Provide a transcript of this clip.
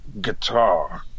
guitar